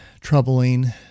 troubling